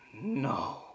no